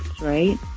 right